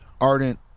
Ardent